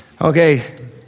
Okay